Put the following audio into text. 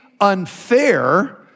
unfair